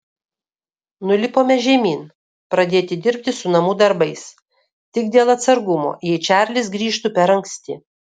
nulipome žemyn pradėti dirbti su namų darbais tik dėl atsargumo jei čarlis grįžtų per anksti